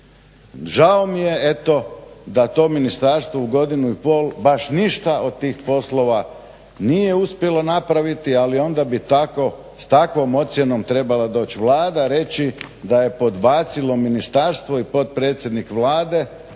Žao mi je, eto da to ministarstvo u godinu i pol baš ništa od tih poslova nije uspjelo napraviti, ali onda bi s takvom ocjenom trebala doći Vlada, reći da je podbacilo ministarstvo i potpredsjednik Vlade,